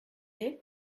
est